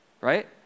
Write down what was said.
Right